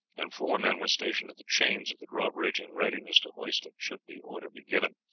and four men were stationed at the chains of the drawbridge in readiness to hoist it should the order be given.